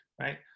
right